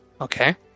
Okay